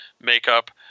makeup